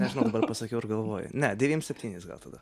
nežinau dabar pasakiau ir galvoju ne devyniasdešimt septynis gal tada